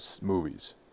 movies